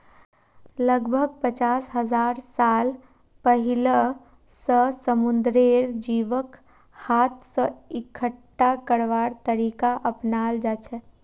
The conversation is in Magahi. लगभग पचास हजार साल पहिलअ स समुंदरेर जीवक हाथ स इकट्ठा करवार तरीका अपनाल जाछेक